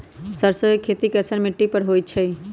सरसों के खेती कैसन मिट्टी पर होई छाई?